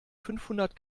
fünfhundert